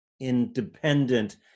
independent